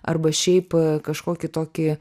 arba šiaip kažkokį tokį